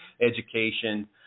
education